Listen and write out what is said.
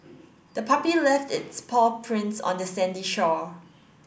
the puppy left its paw prints on the sandy shore